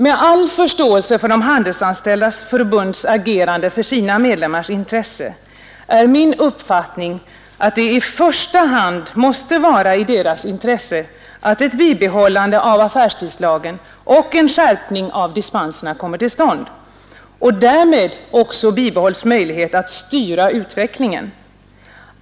Med all förståelse för Handelsanställdas förbunds agerande för sitt intresse anser jag att det i första hand måste vara i de handelsanställdas intresse att affärstidslagen bibehålles och att en skärpning av dispenserna kommer till stånd. Därmed bibehålles också en möjlighet att styra utvecklingen.